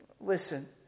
Listen